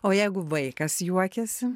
o jeigu vaikas juokiasi